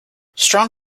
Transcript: strong